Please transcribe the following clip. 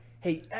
hey